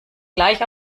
gleich